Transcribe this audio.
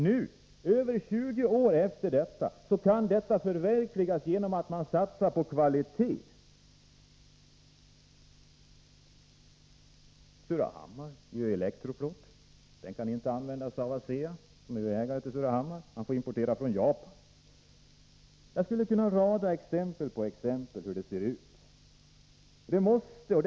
Nu, över 20 år därefter, kan detta önskemål förverkligas genom att man satsar på kvalitet. Surahammar gör elektroplåt. Den kan inte användas av ASEA, som ju är ägare till Surahammar; man får importera från Japan. Jag skulle kunna rada exempel på exempel som visar hur det ser ut.